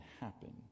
happen